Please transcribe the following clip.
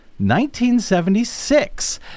1976